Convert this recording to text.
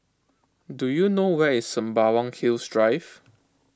do you know where is Sembawang Hills Drive